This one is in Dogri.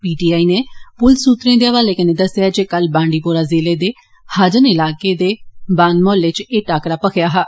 पी टी आई नै पुलस सूत्रे दे हवाले कन्नै दस्सेआ ऐ जे कल बांडीपोरा जिले दे हाजन इलाके दे बॉन मोहल्ले च एह् टाकरा भखेआ हा